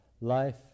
life